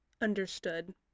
understood